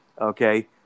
Okay